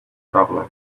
traveling